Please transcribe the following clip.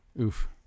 oof